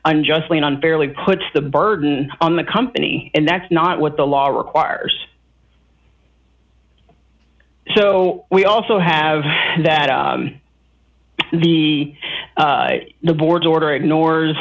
unjustly unfairly puts the burden on the company and that's not what the law requires so we also have that the the board's order ignores